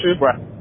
right